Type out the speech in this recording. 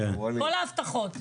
עם כל ההבטחות.